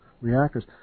reactors